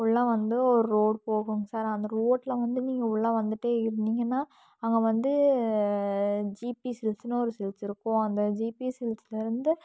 உள்ளே வந்து ஒர் ரோடு போகுங்க சார் அந்த ரோடில் வந்து நீங்கள் உள்ளே வந்துட்டே இருந்தீங்கன்னால் அங்கே வந்து ஜிபி சில்க்ஸுனு ஒரு சில்க்ஸ் இருக்கும் அந்த ஜிபி சில்க்ஸுலிருந்து